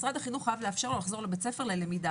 משרד החינוך חייב לאפשר לו לחזור לבית ספר ללמידה,